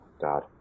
God